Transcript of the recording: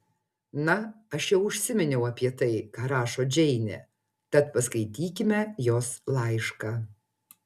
na aš jau užsiminiau apie tai ką rašo džeinė tad paskaitykime jos laišką